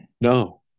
No